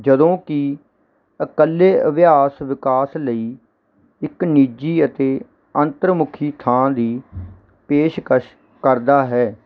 ਜਦੋਂ ਕਿ ਇਕੱਲਾ ਅਭਿਆਸ ਵਿਕਾਸ ਲਈ ਇੱਕ ਨਿੱਜੀ ਅਤੇ ਅੰਤਰਮੁਖੀ ਥਾਂ ਦੀ ਪੇਸ਼ਕਸ਼ ਕਰਦਾ ਹੈ